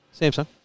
Samsung